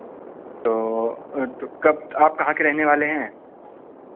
तो तो कब आप कहाँ के रहने वाले हैं